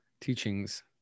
teachings